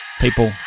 People